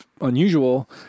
unusual